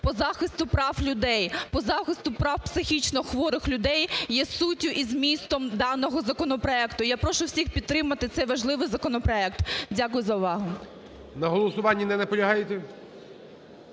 по захисту прав людей, по захисту прав психічно хворих людей є суттю і змістом даного законопроекту. Я прошу всіх підтримати цей важливий законопроект. Дякую за увагу. ГОЛОВУЮЧИЙ. На голосуванні не наполягаєте?